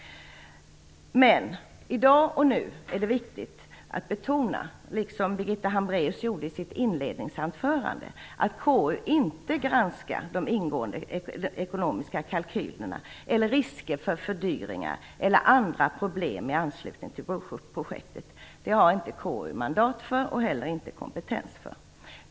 I dag och nu är det viktigt att, liksom Birgitta Hambraeus gjorde i sitt inledningsanförande, betona att KU inte granskar de ekonomiska kalkylerna eller risker för fördyringar eller andra problem i anslutning till broprojektet. Det har inte KU mandat för och heller inte kompetens för.